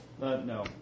No